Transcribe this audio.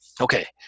Okay